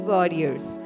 Warriors